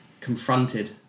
confronted